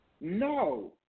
No